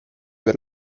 per